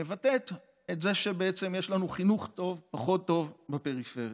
מבטאת את זה שבעצם יש לנו חינוך פחות טוב בפריפריה.